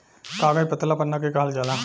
कागज पतला पन्ना के कहल जाला